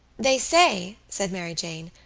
they say, said mary jane,